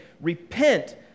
repent